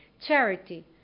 Charity